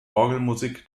orgelmusik